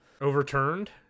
Overturned